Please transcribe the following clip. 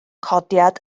codiad